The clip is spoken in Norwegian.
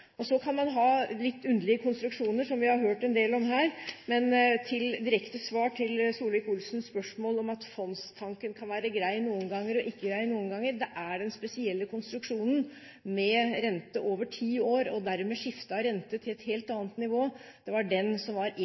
avgjørende. Så kan man ha litt underlige konstruksjoner, som vi har hørt en del om her. Et direkte svar på Solvik-Olsens spørsmål om at fondstanken kan være grei noen ganger, og ikke grei noen ganger: Det er den spesielle konstruksjonen – med rente over ti år, og dermed skifte av rente til et helt annet nivå – som